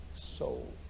soul